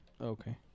Okay